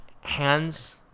hands